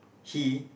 he